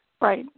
Right